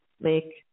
make